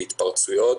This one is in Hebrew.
בהתפרצויות.